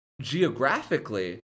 geographically